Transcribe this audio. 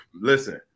Listen